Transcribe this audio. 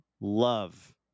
love